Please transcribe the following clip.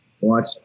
watch